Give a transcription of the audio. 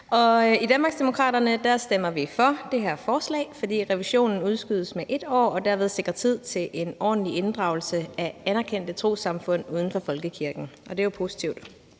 I Danmarksdemokraterne stemmer vi for det her forslag, for revisionen udskydes med 1 år, og vi sikrer derved tid til en ordentlig inddragelse af anerkendte trossamfund uden for folkekirken, og det er jo positivt.